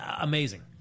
amazing